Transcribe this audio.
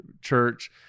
church